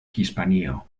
hispanio